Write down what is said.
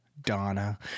Donna